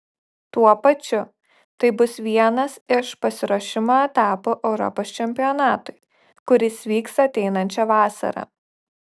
tuo pačiu tai bus vienas iš pasiruošimo etapų europos čempionatui kuris vyks ateinančią vasarą